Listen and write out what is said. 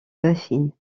baffin